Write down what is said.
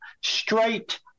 straight